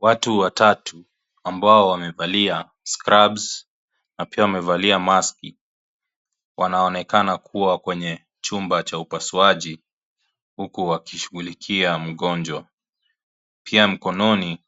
Watu watatu ambao wamevalia scrubs na pia wamevalia maski wanaonekana kuwa kwenye chumba cha upasuaji huku wakishughulikia mgonjwa pia mkononi